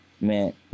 man